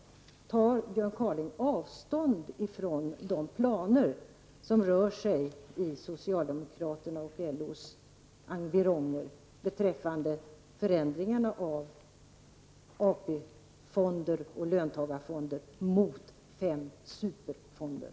Tar Björn Kaaling avstånd ifrån de planer som rör sig i socialdemokraternas och LOs environger beträffande förändringarna av AP-fonder och löntagarfonder mot fem superfonder?